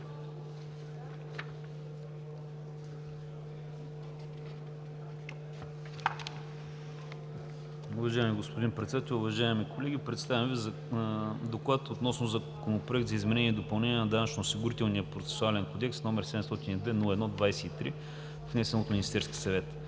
Уважаеми господин Председател, уважаеми колеги, представям Ви: „ДОКЛАД относно Законопроект за изменение и допълнение на Данъчно-осигурителния процесуален кодекс, № 702-01-23, внесен от Министерския съвет